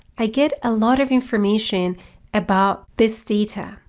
i get a lot of information about this data,